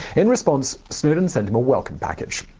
in response, snowden sent him a welcome package.